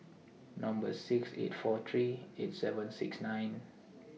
Number six eight four three eight seven six nine